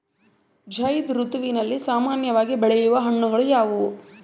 ಝೈಧ್ ಋತುವಿನಲ್ಲಿ ಸಾಮಾನ್ಯವಾಗಿ ಬೆಳೆಯುವ ಹಣ್ಣುಗಳು ಯಾವುವು?